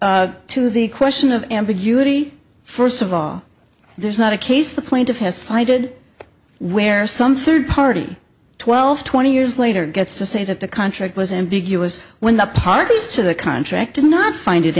to the question of ambiguity first of all there's not a case the plaintiff has cited where some third party twelve twenty years later gets to say that the contract was ambiguous when the parties to the contract did not find i